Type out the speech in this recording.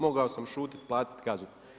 Mogao sam šutit, platit kaznu.